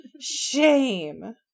Shame